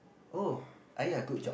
oh !aiya! good job